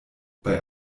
bei